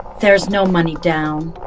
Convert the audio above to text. there's no money down.